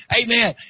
amen